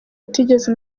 atigeze